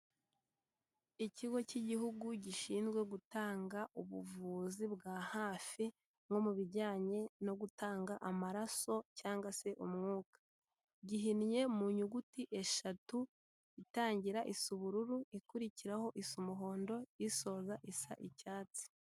Ikigo cy'Igihugu gishinzwe gutanga ubuvuzi bwa hafi nko mu bijyanye no gutanga amaraso cyangwa se umwuka, gihinnye mu nyuguti eshatu, itangira isa ubururu ikurikira isa umuhondo isoza isa icyatsi.